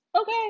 Okay